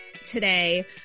today